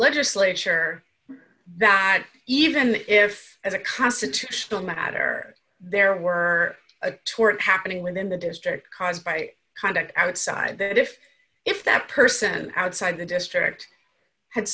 legislature that had even if as a constitutional matter there were a tort happening within the district caused by kind of outside that if if that person outside the district had